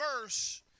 verse